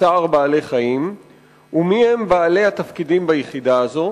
צער בעלי-חיים ומיהם בעלי התפקידים ביחידה הזאת?